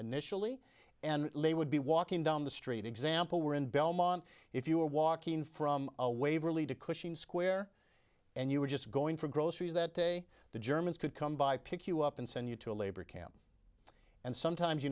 initially and they would be walking down the street example where in belmont if you were walking from a waverly to cushing square and you were just going for groceries that day the germans could come by pick you up and send you to a labor camp and sometimes you